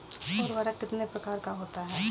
उर्वरक कितने प्रकार का होता है?